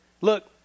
Look